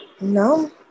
No